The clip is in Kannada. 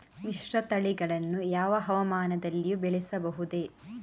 ಮಿಶ್ರತಳಿಗಳನ್ನು ಯಾವ ಹವಾಮಾನದಲ್ಲಿಯೂ ಬೆಳೆಸಬಹುದೇ?